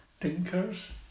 tinkers